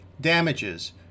damages